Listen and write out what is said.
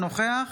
אינו נוכח